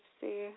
see